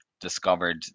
discovered